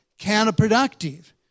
counterproductive